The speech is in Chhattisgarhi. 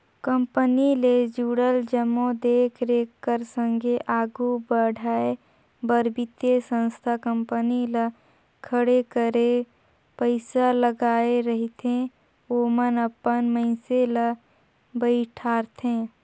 कंपनी ले जुड़ल जम्मो देख रेख कर संघे आघु बढ़ाए बर बित्तीय संस्था कंपनी ल खड़े करे पइसा लगाए रहिथे ओमन अपन मइनसे ल बइठारथे